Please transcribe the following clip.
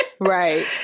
Right